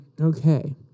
okay